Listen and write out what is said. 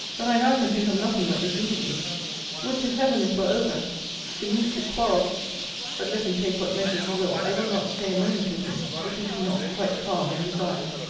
but i now can think of nothing but this interview would to heaven it were over to meet to quarrel but, let him take what measures he will, i will not stay a moment with him, if he be not quite calm and resigned.